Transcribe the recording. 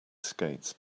skates